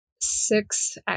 Six